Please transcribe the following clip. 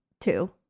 Two